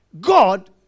God